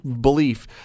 belief